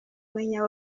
umenya